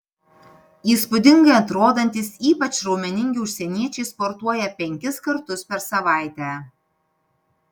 įspūdingai atrodantys ypač raumeningi užsieniečiai sportuoja penkis kartus per savaitę